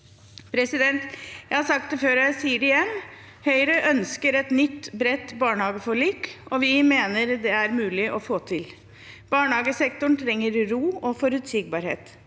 sektoren. Jeg har sagt det før, og jeg sier det igjen: Høyre ønsker et nytt, bredt barnehageforlik, og vi mener det er mulig å få til. Barnehagesektoren trenger ro og forutsigbarhet.